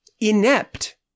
inept